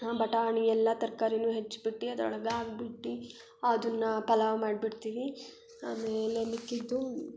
ಬಟಾಣಿ ಎಲ್ಲ ತರಕಾರಿನು ಹೆಚ್ಬಿಟ್ಟು ಅದ್ರೊಳಗೆ ಹಾಕ್ಬಿಟ್ಟಿ ಅದನ್ನು ಪಲಾವ್ ಮಾಡ್ಬಿಡ್ತೀನಿ ಆಮೇಲೆ ಮಿಕ್ಕಿದ್ದು